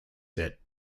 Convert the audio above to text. set